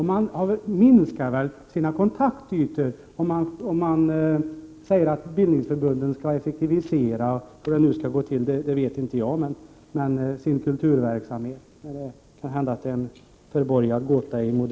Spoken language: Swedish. Man minskar väl sina kontaktytor om man säger att bildningsförbunden skall effektivisera sin kulturverksamhet. Jag vet inte hur det skall gå till. Det kan hända att det är en gåta som är förborgad i det moderata partihögkvarteret.